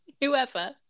Whoever